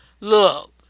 Look